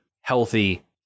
healthy